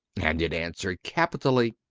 and it answered capitally.